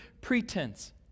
pretense